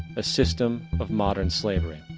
a system of modern slavery.